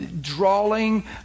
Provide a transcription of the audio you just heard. Drawing